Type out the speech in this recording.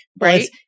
right